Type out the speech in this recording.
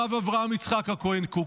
הרב אברהם יצחק הכהן קוק.